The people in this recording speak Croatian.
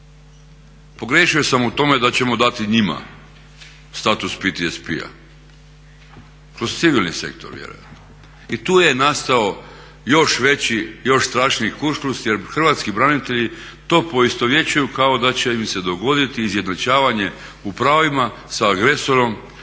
Pogriješio sam u tome da ćemo dati njima status PTSP-a kroz civilni sektor vjerojatno. I tu je nastao još veći, još strašniji kuršlus jer hrvatski branitelji to poistovjećuju kao da će im se dogoditi izjednačavanje u pravima sa agresorom,